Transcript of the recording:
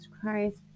Christ